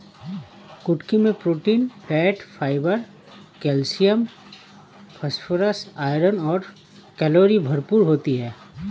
कुटकी मैं protein, fat, fibre, calcium, phosphorus, iron और कैलोरी भरपूर होती है